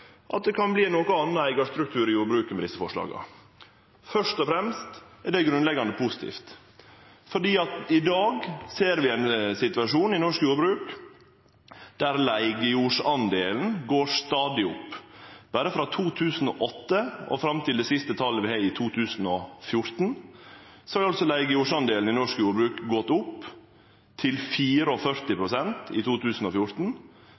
at det kan verte ein litt annan eigarstruktur i jordbruket med desse forslaga. Først og fremst er det grunnleggjande positivt, for i dag ser vi ein situasjon i norsk jordbruk der leigejorddelen stadig går opp. Berre frå 2008 og fram til det siste talet vi har i 2014, har leigejorddelen i norsk jordbruk gått opp, til 44 pst. i 2014.